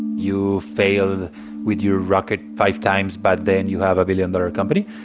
you fail with your rocket five times. but then you have a billion-dollar company,